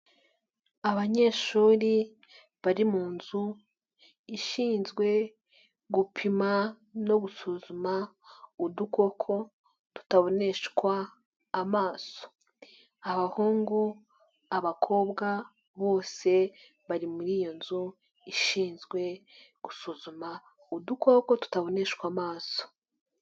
Abanyeshuri bari mu nzu ishinzwe gupima no gusuzuma udukoko tutaboneshwa amaso. Abahungu, abakobwa, bose bari muri iyo nzu ishinzwe gusuzuma udukoko tutaboneshwa amaso.